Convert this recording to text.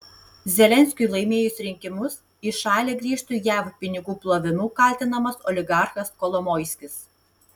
zelenskiui laimėjus rinkimus į šalį grįžtų jav pinigų plovimu kaltinamas oligarchas kolomoiskis